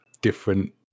different